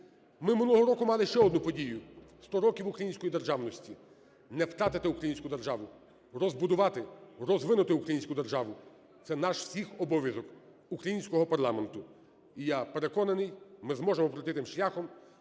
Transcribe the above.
Ми минулого року мали ще одну подію: 100 років української державності. Не втратити українську державу. Розбудувати, розвинути українську державу – це наш всіх обов'язок, українського парламенту, і я переконаний, ми зможемо пройти тим шляхом